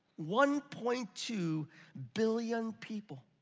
one point two billion people.